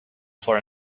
for